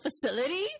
facility